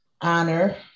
honor